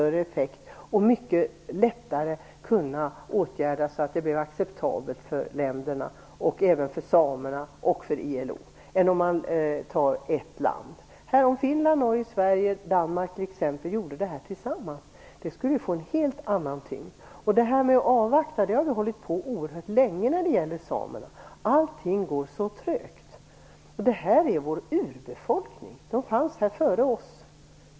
Problemen skulle då mycket lättare kunna åtgärdas så att lösningen blir acceptabel för länderna och även för samerna och för ILO. Om t.ex. Finland, Norge, Sverige och Danmark gjorde det här tillsammans skulle det få en helt annan tyngd. Avvakta har vi hållit på med väldigt länge när det gäller samerna. Allting går så trögt. Det gäller vår urbefolkning. Samerna fanns här före oss.